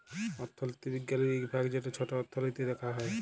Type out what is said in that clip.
অথ্থলিতি বিজ্ঞালের ইক ভাগ যেট ছট অথ্থলিতি দ্যাখা হ্যয়